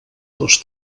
dos